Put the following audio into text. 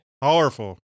Powerful